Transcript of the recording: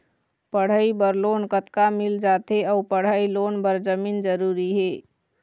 पढ़ई बर लोन कतका मिल जाथे अऊ पढ़ई लोन बर जमीन जरूरी हे?